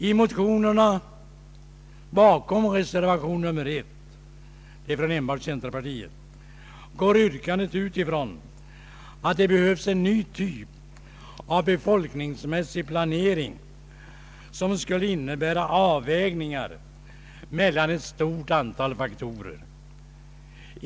I motionerna bakom reservationen 1 — från enbart centerpartiet — går yrkandet ut från att det behövs en ny typ av befolkningsmässig planering som skulle innebära avvägningar mellan ett stort antal faktorer.